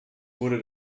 wurde